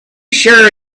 sure